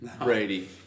Brady